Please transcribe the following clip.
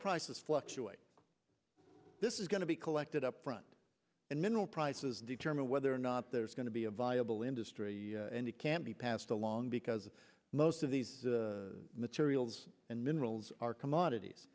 prices fluctuate this is going to be collected up front and mineral prices determine whether or not there's going to be a viable industry and it can be passed along because most of these materials and minerals are commodities